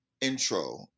intro